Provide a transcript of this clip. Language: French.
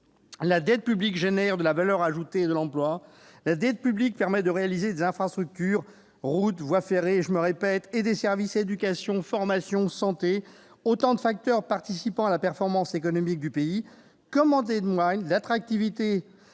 la dette publique engendre de la valeur ajoutée et de l'emploi. Elle permet de réaliser des infrastructures- routes, voies ferrées -et d'assurer des services- éducation, formation, santé -, autant de facteurs participant à la performance économique du pays. En témoigne notre attractivité,